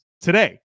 today